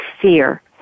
fear